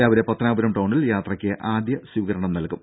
രാവിലെ പത്തനാപുരം ടൌണിൽ യാത്രക്ക് ആദ്യ സ്വീകരണം നൽകും